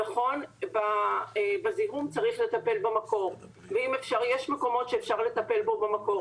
נכון בזיהום צריך לטפל במקור ויש מקומות שאפשר לטפל בו במקור,